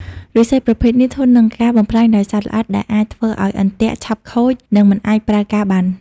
ឫស្សីប្រភេទនេះធន់នឹងការបំផ្លាញដោយសត្វល្អិតដែលអាចធ្វើឲ្យអន្ទាក់ឆាប់ខូចនិងមិនអាចប្រើការបាន។